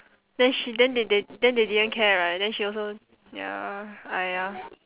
then she then they they then they didn't care right then she also ya !aiya!